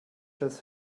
has